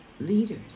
leaders